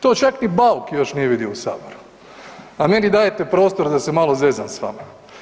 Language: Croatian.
To čak ni Bauk još nije vidio u saboru, a meni dajete prostor da se malo zezam s vama.